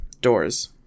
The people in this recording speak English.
doors